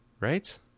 Right